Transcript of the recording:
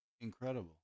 Incredible